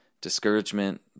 Discouragement